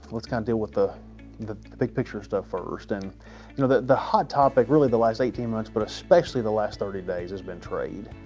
let's kind of deal with the the big picture stuff first. and you know the the hot topic, really the last eighteen months but especially the last thirty days has been trade.